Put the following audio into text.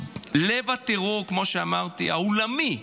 לב הטרור העולמי,